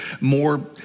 more